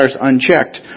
unchecked